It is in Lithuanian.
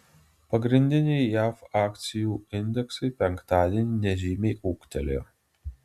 pagrindiniai jav akcijų indeksai penktadienį nežymiai ūgtelėjo